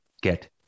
get